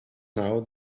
know